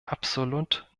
absolut